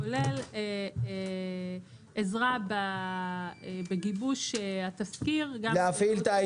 כולל עזרה בגיבוש התזכיר להפעיל את אותם